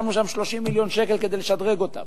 שמנו שם 30 מיליון שקל כדי לשדרג אותם.